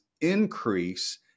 increase